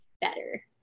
better